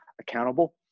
accountable